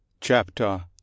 Chapter